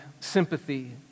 sympathy